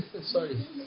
Sorry